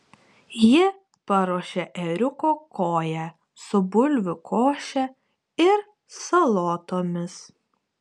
ji paruošė ėriuko koją su bulvių koše ir salotomis